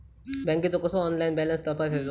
बँकेचो कसो online balance तपासायचो?